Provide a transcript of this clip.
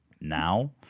now